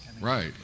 Right